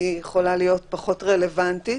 היא יכולה להיות פחות רלוונטית,